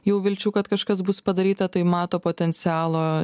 jau vilčių kad kažkas bus padaryta tai mato potencialo